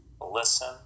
listen